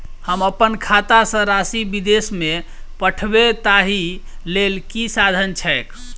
हम अप्पन खाता सँ राशि विदेश मे पठवै ताहि लेल की साधन छैक?